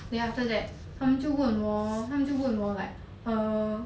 then after that 他们就问我他们就问我 like err